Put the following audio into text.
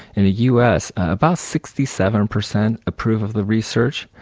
in the us about sixty seven percent approve of the research,